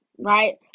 Right